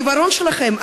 העיוורון שלכם,